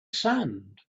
sand